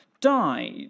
died